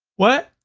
what?